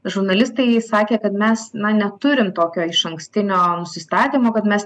žurnalistai sakė kad mes na neturim tokio išankstinio nusistatymo kad mes